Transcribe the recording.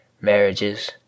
marriages